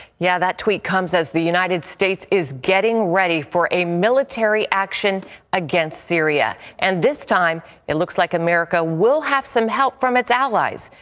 yeah that tweet comes as the united states is getting ready for a military action against syria. and this time it looks like america will have some help from its allies.